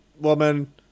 woman